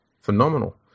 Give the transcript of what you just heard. Phenomenal